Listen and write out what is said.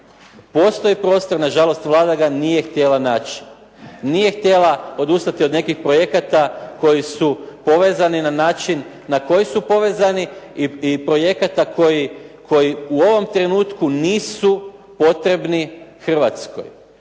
Postoji prostor, nažalost Vlada ga nije htjela naći. Nije htjela odustati od nekih projekata koji su povezani na način na koji su povezani i projekata koji u ovom trenutku nisu potrebni Hrvatskoj.